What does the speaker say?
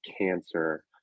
cancer